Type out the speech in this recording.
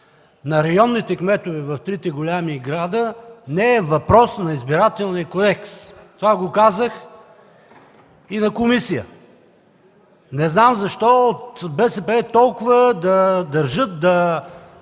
на районните кметове в трите големи града, не е въпрос на Избирателния кодекс! Това го казах и на комисия! Не знам защо от БСП толкова държат